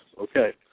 Okay